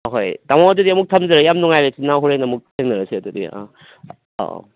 ꯑꯍꯣꯏ ꯇꯥꯃꯣ ꯑꯗꯨꯗꯤ ꯑꯃꯨꯛ ꯊꯝꯖꯔꯒꯦ ꯌꯥꯝ ꯅꯨꯡꯉꯥꯏꯔꯦ ꯏꯆꯤꯟꯅꯥꯎ ꯍꯣꯔꯦꯟ ꯑꯃꯨꯛ ꯊꯦꯡꯅꯔꯁꯤ ꯑꯗꯨꯗꯤ ꯑꯥ ꯑꯥꯎ ꯑꯥꯎ